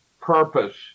purpose